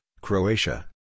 Croatia